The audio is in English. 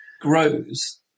grows